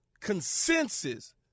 consensus